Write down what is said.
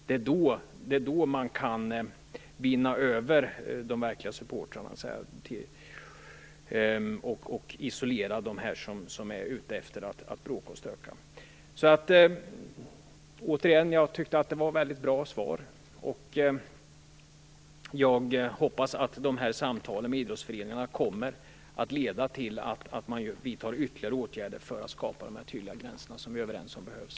Det är då man kan vinna över de verkliga supportrarna och isolera dem som är ute efter att bråka och stöka. Jag tyckte att detta var ett väldigt bra svar, och jag hoppas att de här samtalen med idrottsföreningarna kommer att leda till att man vidtar ytterligare åtgärder för att skapa de tydliga gränser som vi är överens om behövs.